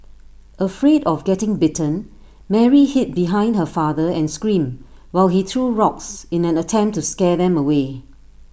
afraid of getting bitten Mary hid behind her father and screamed while he threw rocks in an attempt to scare them away